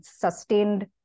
sustained